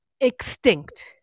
extinct